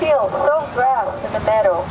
feel better